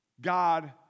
God